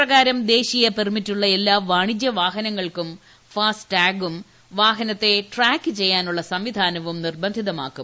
പ്രകാരം ദേശീയ പെർമ്മിറ്റുള്ള എല്ലാ ഇത് വാണിജ്യ വാഹനങ്ങൾക്കും ഫാസ്റ്റ്ടാഗും വാഹനത്തെ ട്രാക്ക് ചെയ്യാനുള്ള സംവിധാനവും നിർബ്ബന്ധിതമാക്കും